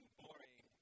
boring